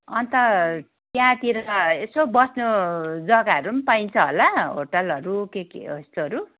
अन्त त्यहाँतिर यसो बस्ने जगाहरू पाइन्छ होला होटेलहरू के के हो यस्तोहरू